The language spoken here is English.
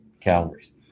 calories